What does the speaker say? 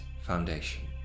Foundation